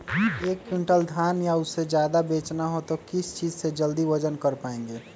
एक क्विंटल धान या उससे ज्यादा बेचना हो तो किस चीज से जल्दी वजन कर पायेंगे?